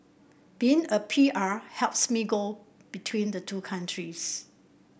being a P R helps me go between the two countries